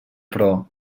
però